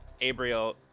Abriel